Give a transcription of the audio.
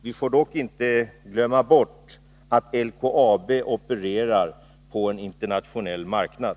Vi får dock inte glömma bort att LKAB opererar på en internationell marknad.